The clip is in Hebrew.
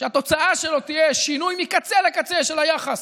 שהתוצאה שלו תהיה שינוי מקצה לקצה של היחס